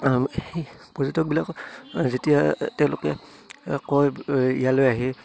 সেই পৰ্যটকবিলাকক যেতিয়া তেওঁলোকে কয় ইয়ালৈ আহি